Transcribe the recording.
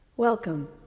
Welcome